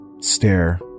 stare